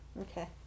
Okay